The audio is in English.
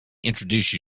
introduce